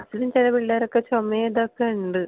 അപ്പോഴും ചില പിള്ളേരൊക്കെ ചുമയും ഇതൊക്കെ ഉണ്ട്